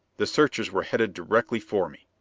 the searchers were headed directly for me.